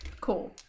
Cool